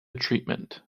treatment